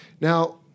now